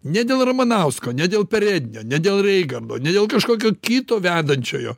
ne dėl ramanausko ne dėl perednio ne dėl reigrado ne dėl kažkokio kito vedančiojo